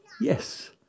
yes